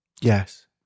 Yes